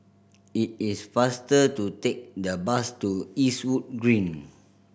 it is faster to take the bus to Eastwood Green